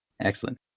excellent